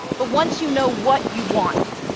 but once you know what you want,